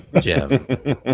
Jim